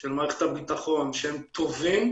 של מערכת הביטחון, שהם טובים,